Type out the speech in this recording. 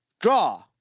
Draw